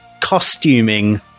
costuming